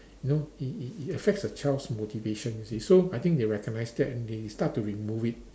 you know it it it affects the child's motivation you see so I think they recommends that and they start to remove it